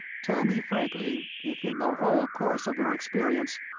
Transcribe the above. tell me frankly, if in the whole course of your experience,